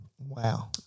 Wow